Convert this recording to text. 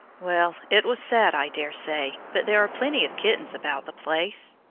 well, it was sad, i daresay, but there are plenty of kittens about the place.